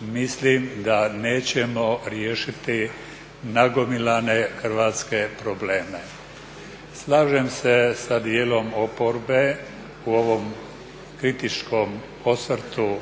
mislim da nećemo riješiti nagomilane Hrvatske probleme. Slažem se sa dijelom oporbe u ovom kritičkom osvrtu